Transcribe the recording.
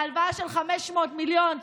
להלוואה של 500 מיליון,